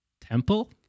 temple